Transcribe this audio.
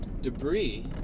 debris